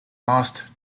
lost